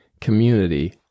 community